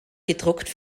gedruckt